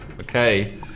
Okay